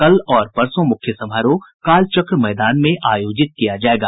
कल और परसों मुख्य समारोह कालचक्र मैदान में आयोजित किया जायेगा